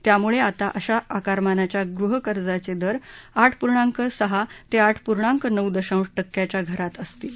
त्यामुळे आता अशा आकारमानाच्या गृहकर्जाचे दर आठ पूर्णांक सहा ते आठ पूर्णांक नऊ दशांश टक्याच्या घरात असतील